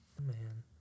Man